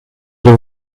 the